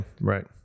Right